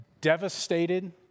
devastated